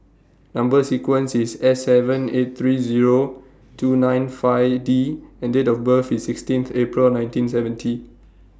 Number sequence IS S seven eight three Zero two nine five D and Date of birth IS sixteenth April nineteen seventy